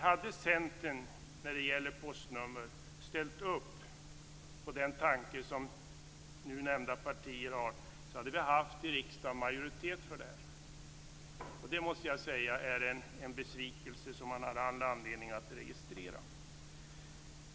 Hade Centern när det gäller postnumren ställt upp på den tanke som nu nämnda partier har hade vi haft majoritet för vårt förslag i riksdagen. Jag måste säga att det är en besvikelse som jag har all anledning att registrera.